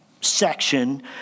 section